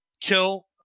kill